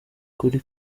kuri